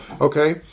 Okay